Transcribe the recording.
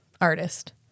artist